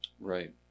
Right